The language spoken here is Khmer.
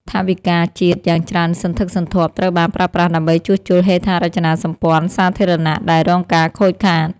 ថវិកាជាតិយ៉ាងច្រើនសន្ធឹកសន្ធាប់ត្រូវបានប្រើប្រាស់ដើម្បីជួសជុលហេដ្ឋារចនាសម្ព័ន្ធសាធារណៈដែលរងការខូចខាត។